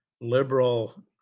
liberal